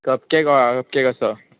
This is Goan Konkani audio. कपकेक होय कपकेक आसा